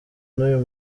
nuyu